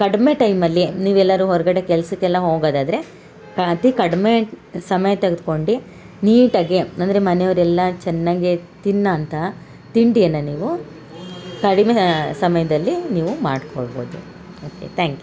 ಕಡ್ಮೆ ಟೈಮಲ್ಲಿ ನೀವು ಎಲ್ಲರು ಹೊರಗಡೆ ಕೆಲ್ಸಕ್ಕೆಲ್ಲ ಹೋಗೊದಾದರೆ ಅತೀ ಕಡ್ಮೆ ಸಮಯ ತೆಗೆದ್ಕೊಂಡು ನೀಟಾಗೆ ಅಂದರೆ ಮನೆಯವರೆಲ್ಲ ಚೆನ್ನಾಗೆ ತಿನ್ನ ಅಂತ ತಿಂಡಿಯನ್ನ ನೀವು ಕಡಿಮೆ ಸಮಯದಲ್ಲಿ ನೀವು ಮಾಡ್ಕೊಡ್ಬೌದು ಓಕೆ ತ್ಯಾಂಕ್ ಯು